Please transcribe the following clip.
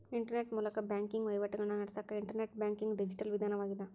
internet ಮೂಲಕ banking ವಹಿವಾಟಿಗಳನ್ನ ನಡಸಕ ಇಂಟರ್ನೆಟ್ ಬ್ಯಾಂಕಿಂಗ್ ಡಿಜಿಟಲ್ ವಿಧಾನವಾಗ್ಯದ